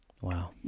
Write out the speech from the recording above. Wow